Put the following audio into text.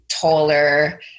taller